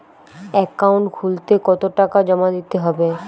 Account খুলতে কতো টাকা জমা দিতে হবে?